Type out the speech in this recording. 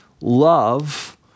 love